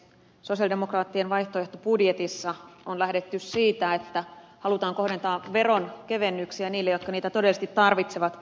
sosialidemokraattien vaihtoehtobudjetissa on lähdetty siitä että halutaan kohdentaa veronkevennyksiä niille jotka niitä todellisesti tarvitsevat